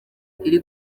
iri